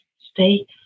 Stay